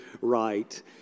right